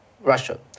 Russia